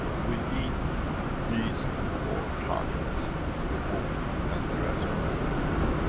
we need these four targets to move, and the rest will move with it.